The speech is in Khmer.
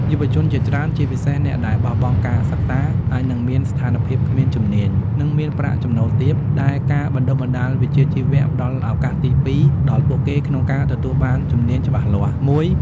យុវជនជាច្រើន ជាពិសេសអ្នកដែលបោះបង់ការសិក្សា អាចនឹងមានស្ថានភាពគ្មានជំនាញ និងមានប្រាក់ចំណូលទាប ដែលការបណ្តុះបណ្តាលវិជ្ជាជីវៈផ្តល់ឱកាសទីពីរដល់ពួកគេក្នុងការទទួលបានជំនាញច្បាស់លាស់មួយ។